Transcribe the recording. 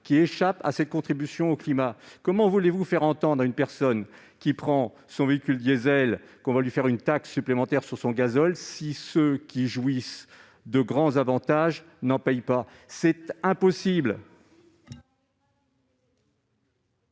qui échappent à cette contribution au climat. Comment voulez-vous faire entendre à une personne qui prend son véhicule diesel tous les jours qu'elle va payer une taxe supplémentaire sur son gazole si ceux qui jouissent de grands avantages n'en paient pas ? C'est impossible